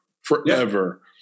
forever